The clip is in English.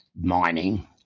mining